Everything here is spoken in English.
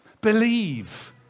Believe